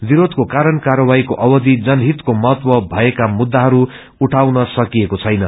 विरोयको कारण कार्यवाहीको अवयि जनहितको महत्व भएको मुद्दाहरू उठाउन सकिएको छैन